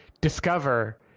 discover